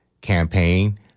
campaign